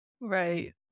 Right